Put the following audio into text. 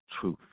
truth